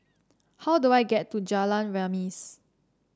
how do I get to Jalan Remis